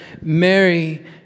Mary